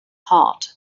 heart